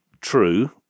true